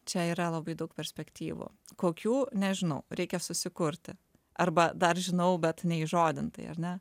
čia yra labai daug perspektyvų kokių nežinau reikia susikurti arba dar žinau bet neįžodintai ar ne